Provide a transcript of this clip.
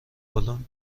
بالن